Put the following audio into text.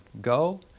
go